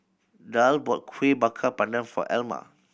Daryle bought Kueh Bakar Pandan for Alma